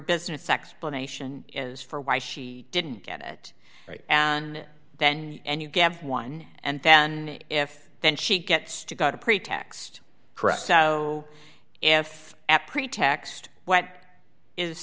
business explanation is for why she didn't get it right and then and you get one and then if then she gets to go to pretext correct so if at pretext what is